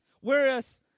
whereas